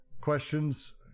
questions